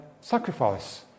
sacrifice